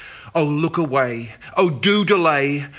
ah look away. oh do delay.